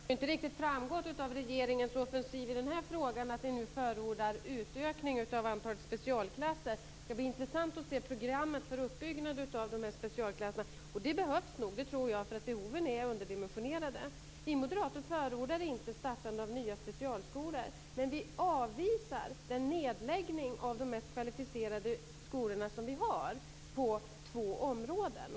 Fru talman! Det har inte riktigt framgått av regeringens offensiv i den här frågan att den nu förordar utökning av antalet specialklasser. Det ska bli intressant att se programmet för uppbyggnaden av de här specialklasserna. Och det behövs nog, det tror jag, därför att hjälpen är underdimensionerad i förhållande till behoven. Vi moderater förordar inte startande av nya specialskolor. Men vi avvisar en nedläggning av de mest kvalificerade skolor vi har på två områden.